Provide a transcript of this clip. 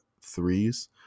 threes